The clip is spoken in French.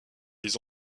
ils